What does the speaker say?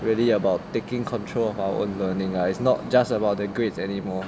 really about taking control of our own learning lah it's not just about the grades anymore